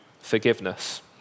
forgiveness